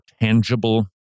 tangible